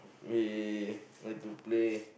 we like to play